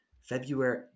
February